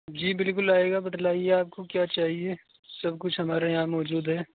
جی بالکل آئیے گا بتلائیے آپ کو کیا چاہیے سب کچھ ہمارے یہاں موجود ہے